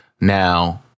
now